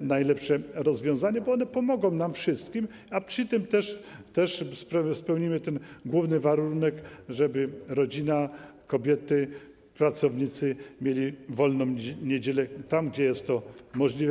najlepsze rozwiązania, bo one pomogą nam wszystkim, a przy tym też spełniły główny warunek, żeby rodzina, kobiety, pracownicy mieli wolną niedzielę, tam gdzie jest to możliwe.